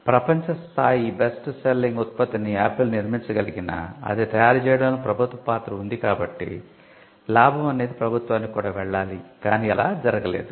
ప్రపంచ స్థాయి best selling ఉత్పత్తిని ఆపిల్ నిర్మించగలిగినా అది తయారు చేయడంలో ప్రభుత్వ పాత్ర ఉంది కాబట్టి లాభం అనేది ప్రభుత్వానికి కూడా వెళ్ళాలి కాని అలా జరగలేదు